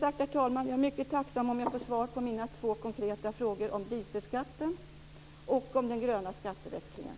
Jag är mycket tacksam om jag får svar på mina två konkreta frågor om dieselskatten och om den gröna skatteväxlingen.